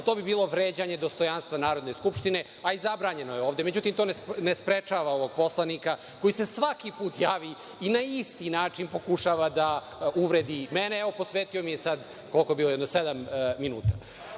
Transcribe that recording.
to bi bilo vređanje dostojanstva Narodne skupštine, a i zabranjeno je ovde. Međutim, to ne sprečava ovog poslanika koji se svaki put javi i na isti način pokušava da uvredi i mene. Evo, posvetio mi je sada jedno sedam minuta. Da